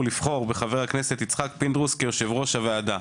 לבחור בחבר הכנסת יצחק פינדרוס כיושב-ראש הוועדה.